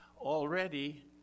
already